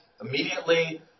immediately